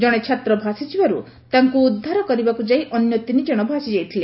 ଜଣେ ଛାତ୍ର ଭାସିଯିବାରୁ ତାଙ୍କୁ ଉଦ୍ଧାର କରିବାକୁ ଯାଇ ଅନ୍ୟ ତିନିକଣ ଭାସିଯାଇଥିଲେ